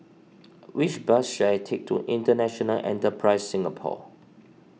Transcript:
which bus should I take to International Enterprise Singapore